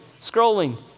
scrolling